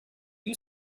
you